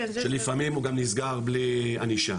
שלפעמים הוא גם נסגר בלי ענישה